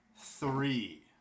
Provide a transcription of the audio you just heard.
three